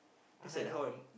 that's like how I~